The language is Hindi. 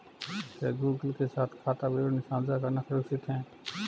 क्या गूगल के साथ खाता विवरण साझा करना सुरक्षित है?